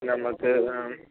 നമുക്ക്